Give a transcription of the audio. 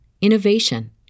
innovation